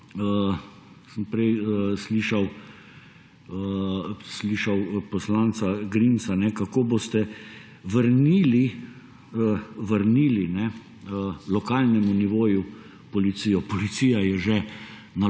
sem prej slišal poslanca Grimsa, kako boste vrnili lokalnemu nivoju policijo. Policija je že